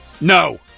No